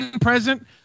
present